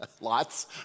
Lots